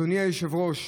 אדוני היושב-ראש,